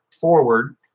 forward